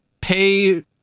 pay